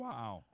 Wow